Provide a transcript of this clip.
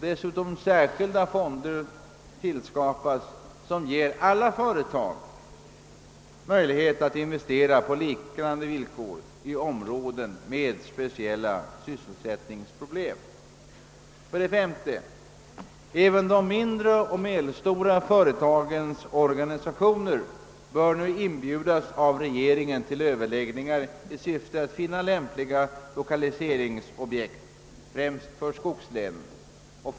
Dessutom måste särskilda fonder tillskapas, vilka medger alla företag möjlighet att investera på lika villkor i områden med speciella sysselsättningsproblem. 5. Även de mindre och medelstora företagens organisationer bör nu inbjudas av regeringen till överläggningar i syfte att finna lämpliga lokaliseringsobjekt, främst för skogslänen.